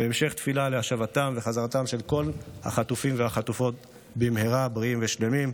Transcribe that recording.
והמשך תפילה להשבתם וחזרתם של כל החטופים והחטופות במהרה בריאים ושלמים,